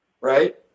right